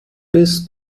bis